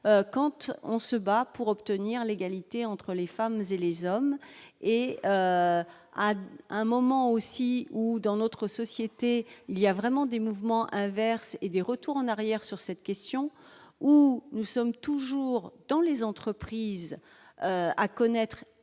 compte on se bat pour obtenir l'égalité entre les femmes et les hommes et à un moment aussi où, dans notre société, il y a vraiment des mouvements inverses et des retours en arrière sur cette question où nous sommes toujours dans les entreprises à connaître